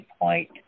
point